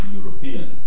European